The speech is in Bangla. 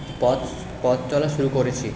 পথ পথ চলা শুরু করেছি